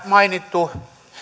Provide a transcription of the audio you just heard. mainittu